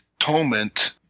atonement